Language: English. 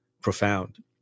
profound